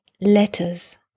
letters